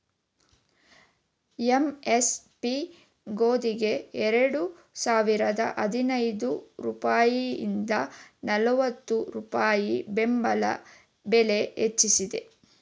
MSP ಗೋದಿಗೆ ಎರಡು ಸಾವಿರದ ಹದಿನೈದು ರೂಪಾಯಿಂದ ನಲ್ವತ್ತು ರೂಪಾಯಿ ಬೆಂಬಲ ಬೆಲೆ ಹೆಚ್ಚಿಸಿದೆ